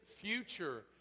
future